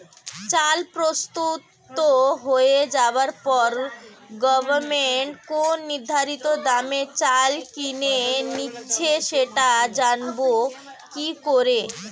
চাল প্রস্তুত হয়ে যাবার পরে গভমেন্ট কোন নির্ধারিত দামে চাল কিনে নিচ্ছে সেটা জানবো কি করে?